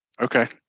Okay